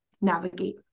navigate